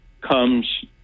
comes